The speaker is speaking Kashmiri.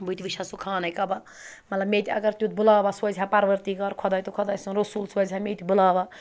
بہٕ تہِ وٕچھِ ہا سُہ خانہ کعبہ مطلب مےٚ تہِ اگر تیُٚتھ بُلاوا سوزِہا پَروَردِگار خۄداے تہٕ خۄداے سُنٛد رسوٗل سوزِہا مےٚ تہِ بُلاوا